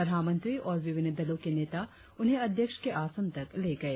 प्रधानमंत्री और विभिन्न दलों के नेता उन्हें अध्यक्ष के आसन तक ले गए